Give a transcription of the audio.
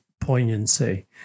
poignancy